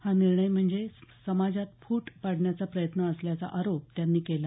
हा निर्णय म्हणजे समाजात फूट पाडण्याचा प्रयत्न असल्याचा आरोप त्यांनी केला